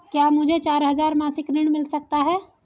क्या मुझे चार हजार मासिक ऋण मिल सकता है?